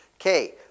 Okay